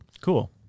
Cool